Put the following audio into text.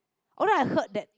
oh then I heard that